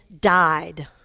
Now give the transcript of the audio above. died